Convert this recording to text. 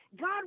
God